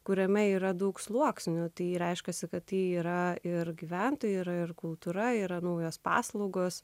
kuriame yra daug sluoksnių tai reiškiasi kad yra ir gyventojai ir ir kultūra yra naujos paslaugos